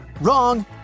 Wrong